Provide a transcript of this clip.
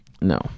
No